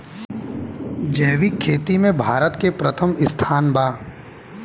जैविक खेती में भारत के प्रथम स्थान बा